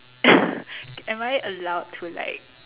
am I allowed to like